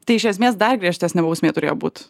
tai iš esmės dar griežtesnė bausmė turėjo būt